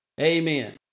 Amen